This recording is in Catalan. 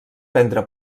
prendre